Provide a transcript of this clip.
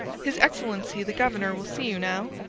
his excellency the governor will see you now,